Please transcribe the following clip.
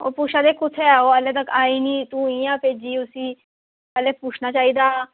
ओह् पुच्छै दे कुत्थै ऐ ओह् हाले तक आई नी तू इयां भेजी उसी पैह्ले पुच्छना चाहिदा